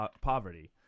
poverty